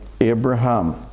Abraham